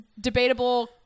debatable